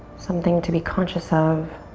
something to be conscious of.